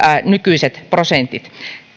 nykyiset prosentit